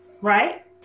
right